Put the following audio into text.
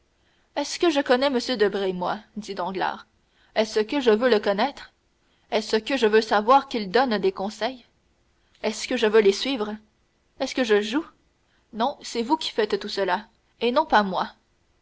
est-ce que je connais m debray moi dit danglars est-ce que je veux le connaître est-ce que je veux savoir qu'il donne des conseils est-ce que je veux les suivre est-ce que je joue non c'est vous qui faites tout cela et non pas moi